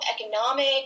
economic